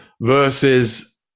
Versus